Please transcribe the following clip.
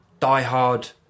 diehard